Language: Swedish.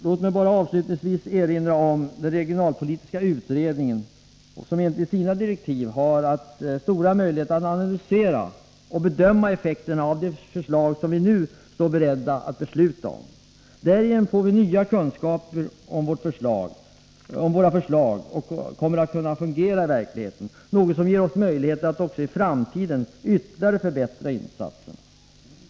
Låt mig bara avslutningsvis erinra om att regionalpolitiska utredningen enligt sina direktiv har stora möjligheter att analysera och bedöma effekterna av de förslag vi nu står beredda att besluta om. Därigenom får vi nya kunskaper om hur våra förslag kommer att fungera i verkligheten, något som ger oss möjligheter att i framtiden ytterligare förbättra insatserna.